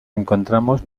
encontramos